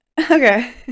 Okay